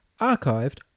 archived